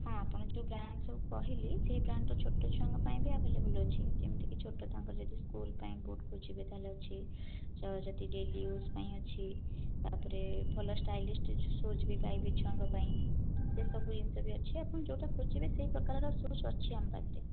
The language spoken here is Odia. ହଁ ଆପଣ ଯେଉଁ ବ୍ରାଣ୍ଡ ସବୁ କହିଲି ସେହି ବ୍ରାଣ୍ଡ ର ଛୋଟ ଛୁଆ ଙ୍କ ପାଇଁ ବି ଆଭେଲେବୁଲ ଅଛି ଯେମିତିକି ଛୋଟ ତାଙ୍କ ଯଦି ସ୍କୁଲ ପାଇଁ ବୁଟ ଖୋଜିବେ ତା ହେଲେ ଅଛି ଯଦି ଡେଲି ଇଉଜ ପାଇଁ ଅଛି ତାପରେ ଭଲ ସ୍ଟାଇଲିଷ୍ଟ ଶୁଜ ବି ପାଇବେ ଛୁଆଙ୍କ ପାଇଁ ସେ ସବୁ ଜିନିଷ ବି ଅଛି ଆପଣ ଯେଉଁ ଟା ବି ଖୋଜିବେ ସେହି ପ୍ରକାର ବି ଶୁଜ ଅଛି ଆମ ପାଖରେ